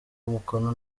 umukono